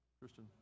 Christian